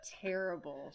Terrible